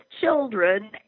children